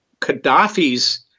Qaddafi's